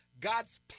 God's